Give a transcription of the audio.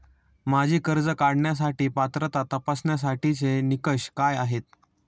माझी कर्ज काढण्यासाठी पात्रता तपासण्यासाठीचे निकष काय आहेत?